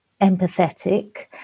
empathetic